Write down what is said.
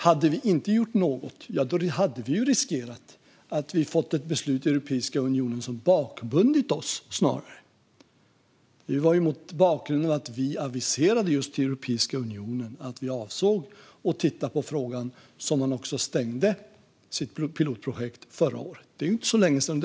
Om vi inte hade gjort något hade vi riskerat att få ett beslut i Europeiska unionen som snarare hade bakbundit oss. Det var mot bakgrund av att vi aviserade till Europeiska unionen att vi avsåg att titta på frågan som man stängde sitt pilotprojekt förra året. Det är inte så länge sedan.